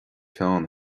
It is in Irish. pheann